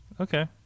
Okay